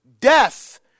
death